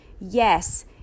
Yes